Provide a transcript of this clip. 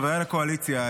חברי הקואליציה,